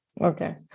okay